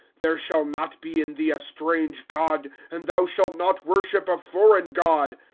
there shall not be in thee a strange god, and thou shalt not worship a foreign god.